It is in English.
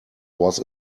was